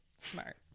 Smart